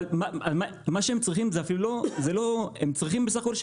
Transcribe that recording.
אבל מה שהם צריכים הם צריכים בסך הכל,